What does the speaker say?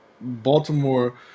baltimore